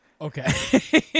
Okay